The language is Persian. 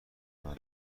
منه